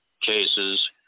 cases